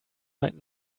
might